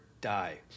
die